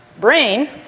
brain